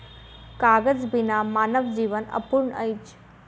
कागज बिना मानव जीवन अपूर्ण अछि